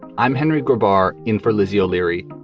i'm henry goodbar in for lizzie o'leary.